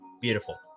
Beautiful